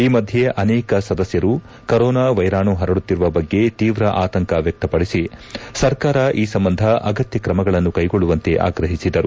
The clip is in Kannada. ಈ ಮಧ್ಯೆ ಅನೇಕ ಸದಸ್ಕರು ಕರೋನಾ ವೈರಾಣು ಪರಡುತ್ತಿರುವ ಬಗ್ಗೆ ತೀವ್ರ ಆತಂಕ ವ್ಯಕ್ತಪಡಿಸಿ ಸರ್ಕಾರ ಈ ಸಂಬಂಧ ಅಗತ್ಯ ಕ್ರಮಗಳನ್ನು ಕೈಗೊಳ್ಳುವಂತೆ ಆಗ್ರಹಿಸಿದರು